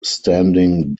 standing